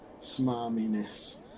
smarminess